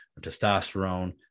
testosterone